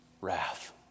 wrath